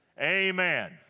amen